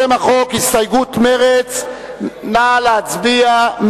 לשם החוק, הסתייגות מרצ, מי בעד?